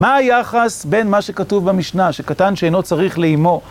מה היחס בין מה שכתוב במשנה, שקטן שאינו צריך לאימו